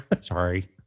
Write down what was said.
Sorry